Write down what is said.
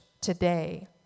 today